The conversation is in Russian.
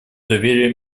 доверия